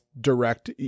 direct